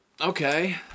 Okay